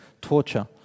torture